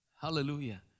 Hallelujah